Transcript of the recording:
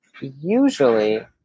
usually